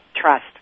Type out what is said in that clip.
Trust